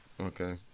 Okay